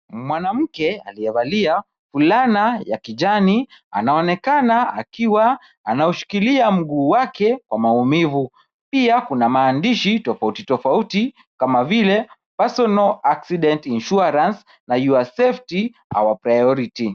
Mwanamke aliyevalia fulana ya kijani, anaonekana akiwa anaushikilia mguu wake kwa maumivu. Pia kuna maandishi tofauti tofauti kama vile personal accident insurance na your safety our priority .